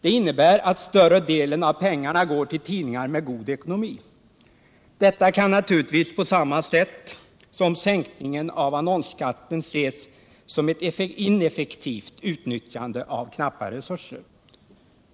Det innebär att större delen av pengarna går till tidningar med god ekonomi. Detta kan naturligtvis på samma sätt som sänkningen av annonsskatten ses som ett ineffektivt utnyttjande av knappa resurser.